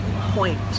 point